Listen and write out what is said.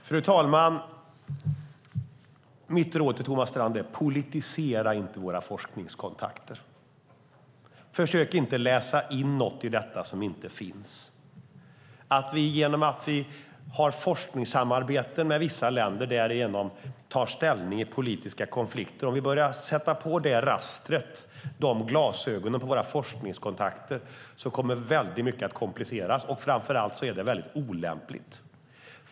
Fru talman! Mitt råd till Thomas Strand är att inte politisera våra forskningskontakter. Försök inte att läsa in något i detta som inte finns. Om vi sätter på ett raster, glasögonen, och i vårt forskningssamarbete och i våra forskningskontakter med vissa länder därigenom tar ställning i politiska konflikter kommer mycket att kompliceras. Framför allt är det olämpligt.